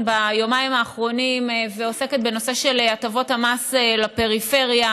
ביומיים האחרונים ועוסקת בנושא של הטבות המס לפריפריה.